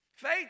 Faith